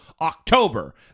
october